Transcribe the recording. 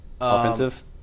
Offensive